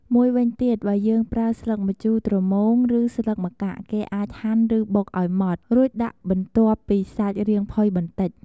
មួយវិញទៀតបើយើងប្រើស្លឹកម្ជូរត្រមូងឬស្លឹកម្កាក់គេអាចហាន់ឬបុកឱ្យម៉ដ្ឋរូចដាក់បន្ទាប់ពីសាច់រាងផុយបន្តិច។